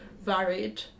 varied